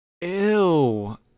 Ew